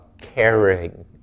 caring